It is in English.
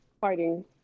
fighting